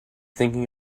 thinking